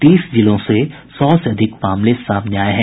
तीस जिलों से सौ से अधिक मामले सामने आये हैं